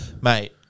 Mate